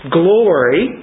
glory